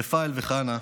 רפאל וחנה.